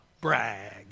brag